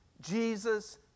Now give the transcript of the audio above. Jesus